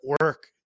work